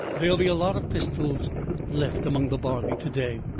there'll be a lot of pistols left among the barley to-day.